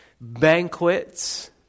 banquets